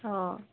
অঁ